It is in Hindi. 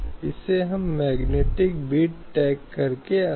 इसलिए ट्रिपल तलाक के मुद्दे को कानून की अदालतों में चुनौती दी गई है